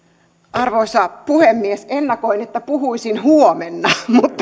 arvoisa puhemies ennakoin että puhuisin huomenna